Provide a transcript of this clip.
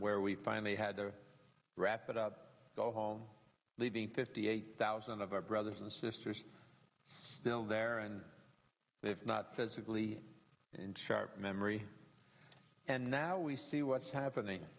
where we finally had to wrap it up go home leaving fifty eight thousand of our brothers and sisters still there and if not physically in sharp memory and now we see what's happening